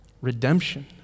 redemption